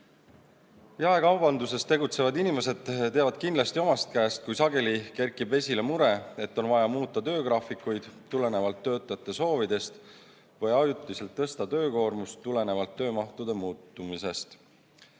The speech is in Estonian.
Jaekaubanduses tegutsevad inimesed teavad kindlasti omast käest, kui sageli kerkib esile mure, et on vaja muuta töögraafikuid tulenevalt töötajate soovidest või tõsta ajutiselt töökoormust tulenevalt töömahtude muutumisest.